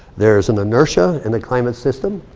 there's an inertia in the climate system.